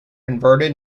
converted